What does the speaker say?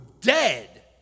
dead